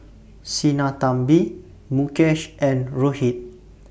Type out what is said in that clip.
Sinnathamby Mukesh and Rohit